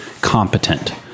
competent